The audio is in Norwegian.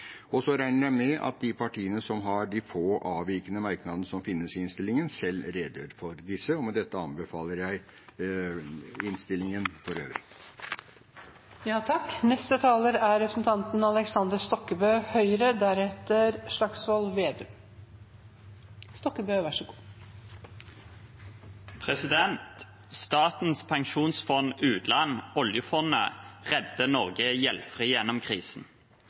Så regner jeg med at de partiene som har de få avvikende merknadene som finnes i innstillingen, selv redegjør for disse. Med dette anbefaler jeg innstillingen for øvrig. Statens pensjonsfond utland, oljefondet, redder Norge gjeldfritt gjennom krisen. Der andre land dynges ned av gjeld, skal vi komme ut med styrke og optimisme. Så